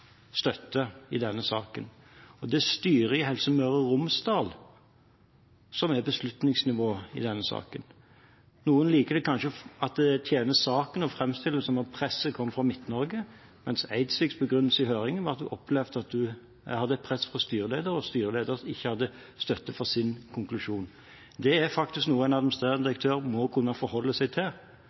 støtte i denne saken. Og det er styret i Helse Møre og Romsdal som er beslutningsnivå i denne saken. Noen liker kanskje å framstille det som om presset kom fra Midt-Norge, at det tjener saken, men Eidsviks begrunnelse i høringen var at hun opplevde at hun hadde et press fra styreleder, og at styreleder ikke hadde støtte for sin konklusjon. Det er faktisk noe en administrerende direktør må kunne forholde seg til,